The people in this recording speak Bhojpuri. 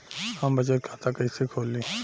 हम बचत खाता कइसे खोलीं?